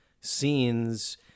scenes